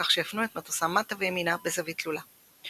בכך שהפנו את מטוסם מטה וימינה בזווית תלולה,